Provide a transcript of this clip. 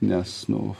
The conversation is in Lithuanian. nes nu